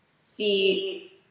see